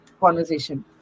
conversation